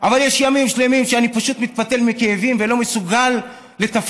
אבל יש ימים שלמים שאני פשוט מתפתל מכאבים ולא מסוגל לתפקד,